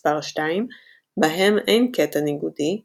מספר 2 בהם אין קטע נגודי,